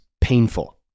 painful